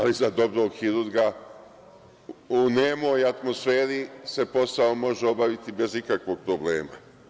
Ali, za dobrog hirurga u nemoj atmosferi se posao može obaviti bez ikakvog problema.